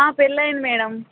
పెళ్ళి అయింది మ్యాడమ్